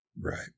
right